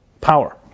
power